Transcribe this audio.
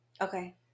Okay